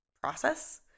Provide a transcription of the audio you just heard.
process